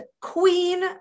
Queen